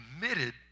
committed